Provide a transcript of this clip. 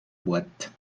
boîte